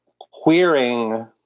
queering